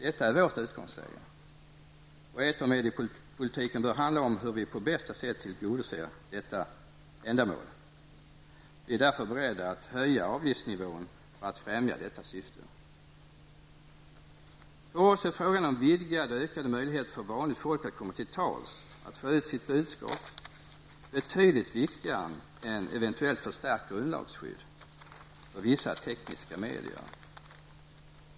Detta är vårt utgångsläge, och etermediepolitiken bör handla om hur vi på bästa sätt tillgodoser detta ändamål. Vi är därför beredda att höja avgiftsnivån för att främja detta syfte. För oss är frågan om vidgade och ökade möjligheter för vanligt folk att komma till tals, att få ut sitt budskap, betydligt viktigare än eventuellt förstärkt grundlagsskydd för vissa tekniska medier.